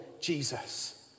Jesus